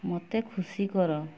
ମୋତେ ଖୁସି କର